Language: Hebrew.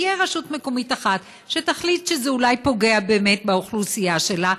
תהיה רשות מקומית אחת שתחליט שזה אולי פוגע באמת באוכלוסייה שלה,